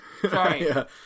Sorry